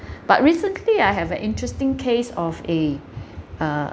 but recently I have a interesting case of a uh